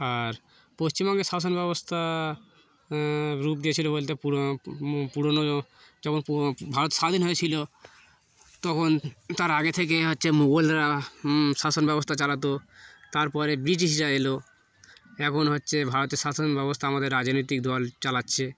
আর পশ্চিমবঙ্গের শাসন ব্যবস্থা রূপ দিয়েছিলো বলতে পুরো পুরোনো যখন ভারত স্বাধীন হয়েছিলো তখন তার আগে থেকে হচ্ছে মুঘলরা শাসন ব্যবস্থা চালাতো তারপরে ব্রিটিশরা এলো এখন হচ্ছে ভারতের শাসন ব্যবস্থা আমাদের রাজনৈতিক দল চালাচ্ছে